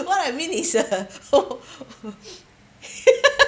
what I mean is uh